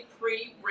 pre